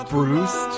Bruce